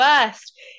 first